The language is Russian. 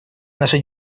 наша